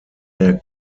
der